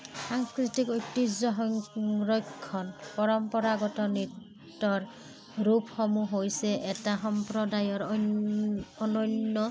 সাংস্কৃতিক ঐতিহ্য সংৰক্ষণ পৰম্পৰাগত নৃত্যৰ ৰূপসমূহ হৈছে এটা সম্প্ৰদায়ৰ অন্য অনন্য